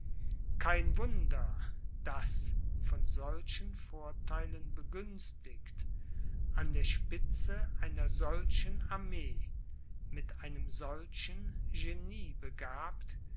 kein wunder daß von solchen vortheilen begünstigt an der spitze einer solchen armee mit einem solchen genie begabt